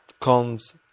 comes